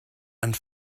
and